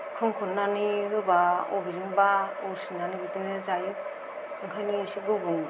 खोंनखननानै होब्ला अबेजोंबा अरसिनानै बिदिनो जायो ओंखायनो एसे गुबुं